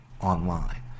online